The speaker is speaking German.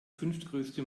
fünftgrößte